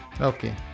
Okay